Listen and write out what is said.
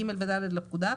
(ג) ו־(ד) לפקודה,